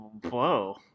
Whoa